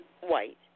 white